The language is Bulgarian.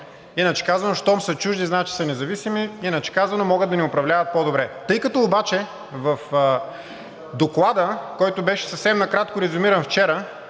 иначе казано, щом са чужди, значи са независими, иначе казано, могат да ни управляват по-добре. В Доклада, който беше съвсем накратко резюмиран вчера